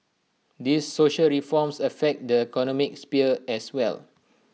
these social reforms affect the economic sphere as well